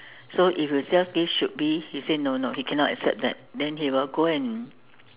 so if you just give should be he say no no he cannot accept that then he will go and